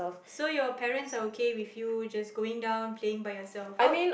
so your parents are okay with you just going down playing by yourself how